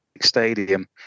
stadium